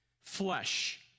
flesh